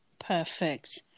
Perfect